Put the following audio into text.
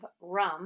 rum